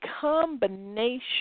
combination